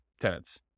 tenants